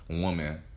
woman